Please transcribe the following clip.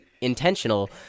intentional